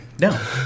No